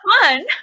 fun